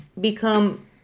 become